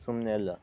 ಸುಮ್ಮನೆ ಅಲ್ಲ